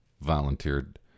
volunteered